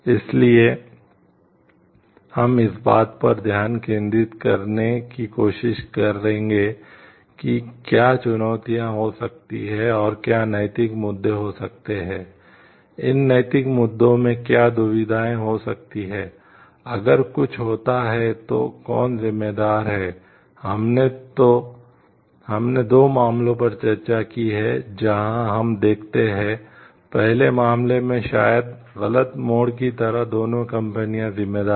इसलिए हम इस बात पर ध्यान केंद्रित करने की कोशिश करेंगे कि क्या चुनौतियां हो सकती हैं और क्या नैतिक मुद्दे हो सकते हैं इन नैतिक मुद्दों में क्या दुविधा हो सकती है अगर कुछ होता है तो कौन जिम्मेदार है हमने दो मामलों पर चर्चा की है जहां हम देखते हैं पहले मामले में शायद गलत मोड़ की तरह दोनों कंपनियां जिम्मेदार हैं